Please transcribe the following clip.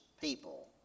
people